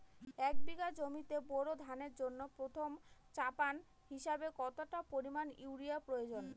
এক বিঘা জমিতে বোরো ধানের জন্য প্রথম চাপান হিসাবে কতটা পরিমাণ ইউরিয়া প্রয়োজন?